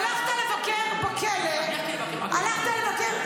הלכת לבקר בכלא --- אני הלכתי לבקר בכלא?